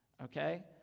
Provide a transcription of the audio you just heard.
Okay